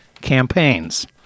campaigns